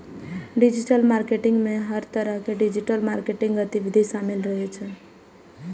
digital marketing मे हर तरहक डिजिटल मार्केटिंग गतिविधि शामिल रहै छै